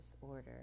disorder